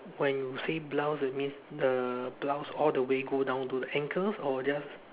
when you say blouse that means the blouse all the way go down to the ankles or just